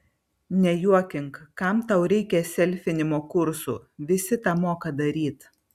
nejuokink kam tau reikia selfinimo kursų visi tą moka daryt